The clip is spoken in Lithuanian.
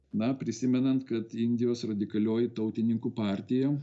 na prisimenant kad indijos radikalioji tautininkų partija